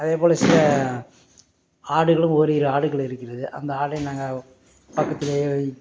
அதே போல் சில ஆடுகளும் ஓரிரு ஆடுகள் இருக்கிறது அந்த ஆட்டை நாங்கள் பக்கத்திலேயே